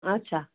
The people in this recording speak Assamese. আচ্ছা